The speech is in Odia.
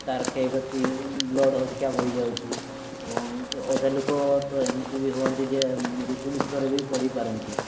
ତା'ର କ୍ଷୟ କ୍ଷତି ବ୍ଲଡ଼୍ ଅଧିକା ବୋହିଯାଉଛି ଏବଂ ଅଧା ଲୋକ ତ ଏମିତି ବି ହୁଅନ୍ତି ଯେ ମୃତ୍ୟୁ ମୁଖରେ ବି ପଡ଼ିପାରନ୍ତି